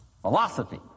Philosophy